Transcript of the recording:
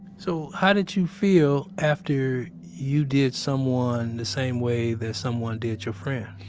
so, how did you feel after you did someone the same way that someone did your friend?